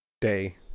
day